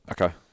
Okay